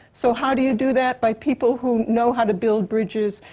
so how do you do that? by people who know how to build bridges.